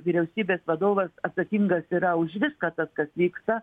vyriausybės vadovas atsakingas yra už viską tas kas vyksta